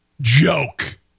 Joke